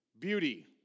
beauty